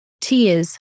tears